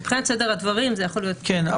כן,